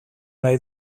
nahi